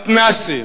מתנ"סים.